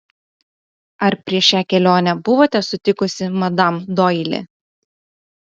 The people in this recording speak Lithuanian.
ar prieš šią kelionę buvote sutikusi madam doili